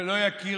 שלא יכיר.